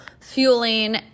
fueling